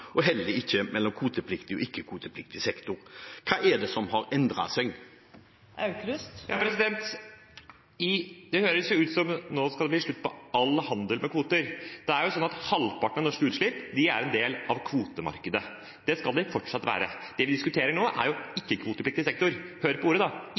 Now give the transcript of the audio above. og heller ikke mellom kvotepliktig og ikke-kvotepliktig sektor. Hva er det som har endret seg? Det høres jo ut som det nå skal bli slutt på all handel med kvoter. Halvparten av norske utslipp er en del av kvotemarkedet. Det skal de fortsatt være. Det vi diskuterer nå, er ikke-kvotepliktig sektor. Hør på ordet: ikke-kvotepliktig sektor. Da